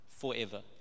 forever